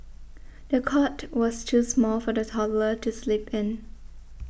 the cot was too small for the toddler to sleep in